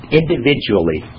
individually